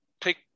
take